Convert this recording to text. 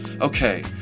okay